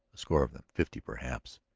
a score of them, fifty, perhaps.